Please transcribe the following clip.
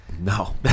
no